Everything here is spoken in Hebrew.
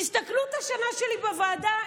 תסתכלו על השנה שלי בוועדה,